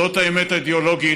זאת האמת האידיאולוגית,